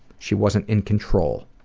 she wasn't in control.